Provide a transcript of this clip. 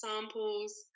samples